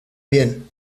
bien